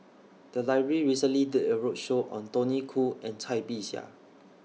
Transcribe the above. The Library recently did A roadshow on Tony Khoo and Cai Bixia